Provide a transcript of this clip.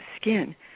skin